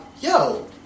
yo